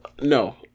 no